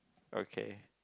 okay